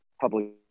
public